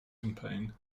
campaign